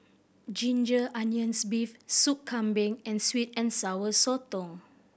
ginger onions beef Sup Kambing and sweet and Sour Sotong